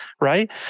right